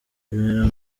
bibera